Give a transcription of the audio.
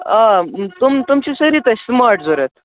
آ تِم تِم چھِ سٲری تۄہہِ سُماٹ ضرورت